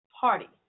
party